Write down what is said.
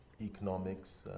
Economics